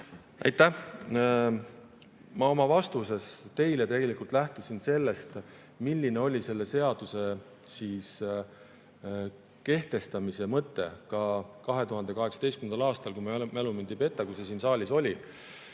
Aitäh! Ma oma vastuses teile tegelikult lähtusin sellest, milline oli selle seaduse kehtestamise mõte ka 2018. aastal – kui mu mälu mind ei peta, siis 2018. aastal see siin saalis oli.